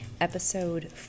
episode